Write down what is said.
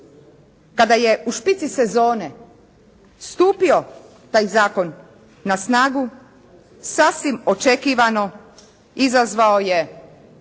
kada je u špici sezone stupio taj zakon na snagu sasvim očekivano izazvao je